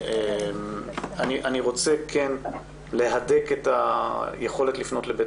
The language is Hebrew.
אני רוצה להדק את היכולת לפנות לבית